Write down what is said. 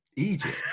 Egypt